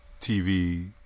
TV